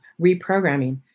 reprogramming